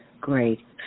Great